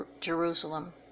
Jerusalem